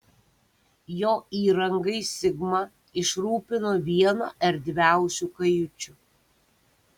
jo įrangai sigma išrūpino vieną erdviausių kajučių